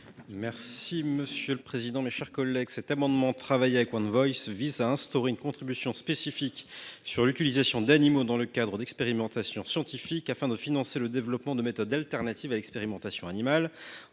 présenter l’amendement n° I 476 rectifié . Cet amendement, travaillé avec One Voice, vise à instaurer une contribution spécifique sur l’utilisation d’animaux dans le cadre d’expérimentations scientifiques, afin de financer le développement de méthodes alternatives à l’expérimentation animale.